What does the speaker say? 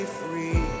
free